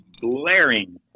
blaring